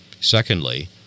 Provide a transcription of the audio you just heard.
Secondly